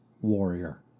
warrior